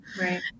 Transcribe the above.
Right